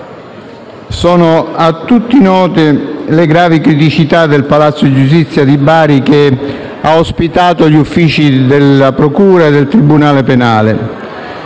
sono a tutti note le gravi criticità del palazzo di giustizia di Bari, che ha ospitato gli uffici della procura e del tribunale penale.